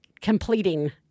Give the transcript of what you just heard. completing